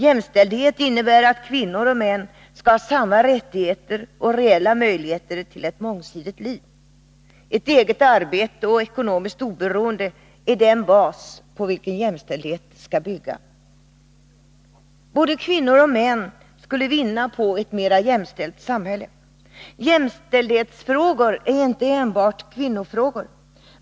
Jämställdhet innebär att kvinnor och män skall ha samma rättigheter och reella möjligheter till ett mångsidigt liv. Ett eget arbete och ekonomiskt oberoende är den bas på vilken jämställdhet skall byggas. Både kvinnor och män skulle vinna på ett mera jämställt samhälle. Jämställdhetsfrågor är inte enbart kvinnofrågor.